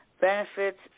benefits